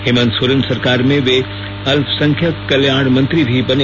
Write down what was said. हेमंत सोरेन सरकार में वे अल्पसंख्यक कल्याण मंत्री भी बने